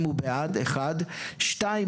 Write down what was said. שנית,